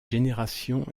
générations